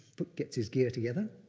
but gets his gear together,